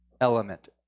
element